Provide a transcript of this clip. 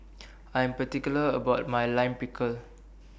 I'm particular about My Lime Pickle